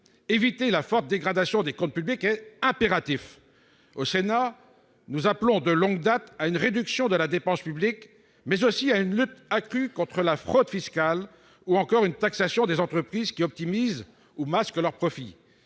Éviter la forte dégradation des comptes publics est impératif. Au Sénat, nous appelons de longue date à une réduction de la dépense publique, mais aussi à une lutte accrue contre la fraude fiscale et à une taxation des entreprises qui optimisent ou masquent leurs profits.